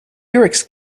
rex